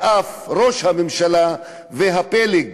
ואף ראש הממשלה והפלג